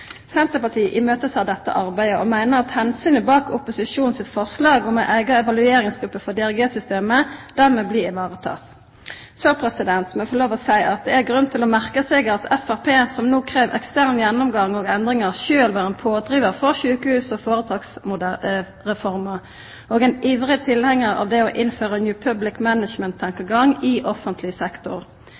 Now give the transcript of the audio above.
Senterpartiet ser fram til dette arbeidet, og meiner at omsynet som ligg bak opposisjonen sitt forslag om ei eiga evalueringsgruppe for DRG-systemet, dermed blir vareteke. Så må eg få lov til å seia at det er grunn til å merka seg at Framstegspartiet, som no krev ekstern gjennomgang og endringar, sjølv var ein pådrivar for sjukehus- og føretaksreforma og ein ivrig tilhengar av det å innføra New Public Management-tankegang i offentleg sektor.